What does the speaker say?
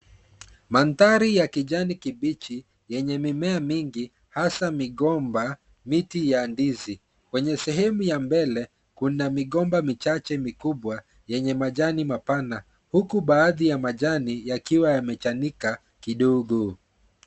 Mandhari ya kijani kibichi yenye mimea mingi hasa migomba, miti ya ndizi kwenye sehemu ya mbele kuna migomba michache mikubwa yenye majani mapana huku baadhi ya majani yakiwa yamechanika kidogo.